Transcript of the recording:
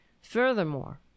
Furthermore